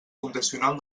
fundacional